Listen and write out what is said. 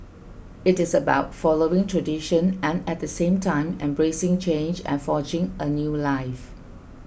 it is about following tradition and at the same time embracing change and forging a new life